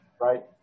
Right